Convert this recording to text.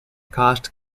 cost